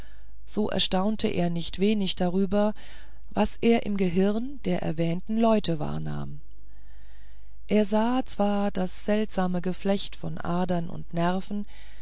so erstaunte er nicht weniger darüber was er im gehirn der erwähnten leute wahrnahm er sah zwar das seltsame geflecht von adern und nerven